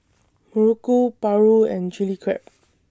Muruku Paru and Chili Crab